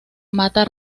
mata